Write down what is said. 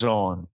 on